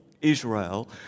Israel